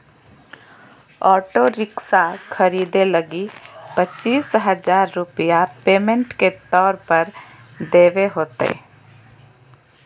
auto rickshaw खरीदे लगी पचीस हजार रूपया पेमेंट के तौर पर देवे होतय